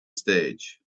stage